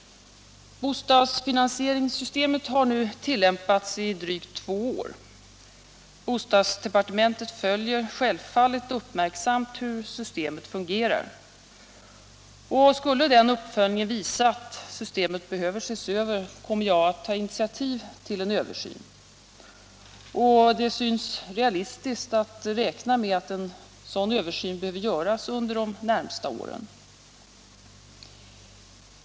Bostadsfinansieringssystemet har nu tillämpats i drygt två år. Bostadsdepartementet följer självfallet uppmärksamt hur systemet fungerar. Skulle denna uppföljning visa att systemet behöver ses över kommer jag att ta initiativ till en översyn. Det synes realistiskt att räkna med att en sådan översyn behöver göras under de närmaste åren.